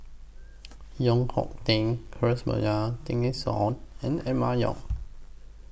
Koh Teng Tessensohn and Emma Yong